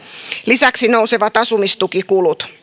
lisäksi nousevat asumistukikulut